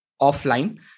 offline